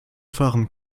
fahren